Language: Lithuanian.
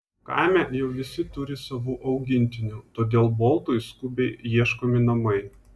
kaime jau visi turi savų augintinių todėl boltui skubiai ieškomi namai